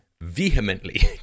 vehemently